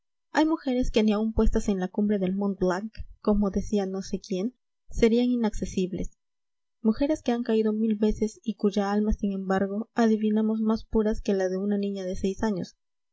hay mujeres que ni aun puestas en la cumbre del mont blanc como decía no sé quién serían inaccesibles mujeres que han caído mil veces y cuya alma sin embargo adivinamos más pura que la de una niña de seis años